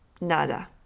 nada